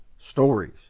Stories